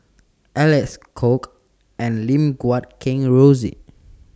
Alec Kuok and Lim Guat Kheng Rosie